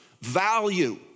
value